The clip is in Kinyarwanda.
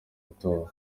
atowe